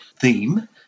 theme